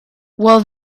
well